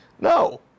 No